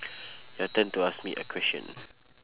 your turn to ask me a question